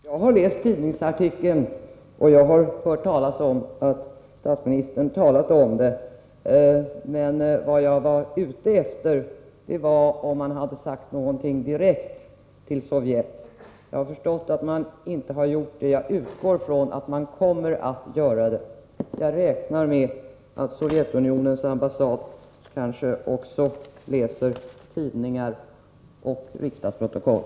Herr talman! Jag har läst tidningsartikeln, och jag har hört talas om att statsministern tagit upp denna sak. Men vad jag var ute efter var om man hade sagt någonting direkt till Sovjet. Jag har förstått att man inte gjort det. Jag utgår från att man kommer att göra det, och jag räknar med att tidningar Nr 156 och riksdagsprotokoll också läses på Sovjetunionens ambassad.